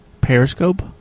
Periscope